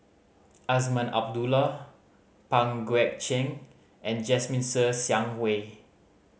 Azman Abdullah Pang Guek Cheng and Jasmine Ser Xiang Wei